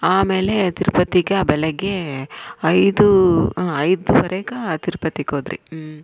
ಆಮೇಲೆ ತಿರುಪತಿಗ ಬೆಳಗ್ಗೆ ಐದು ಹಾಂ ಐದುವರೆಗ ತಿರುಪತಿಗೋದ್ವಿ ಹ್ಞೂ